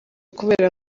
kubera